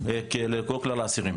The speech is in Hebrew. לכל כלל האסירים.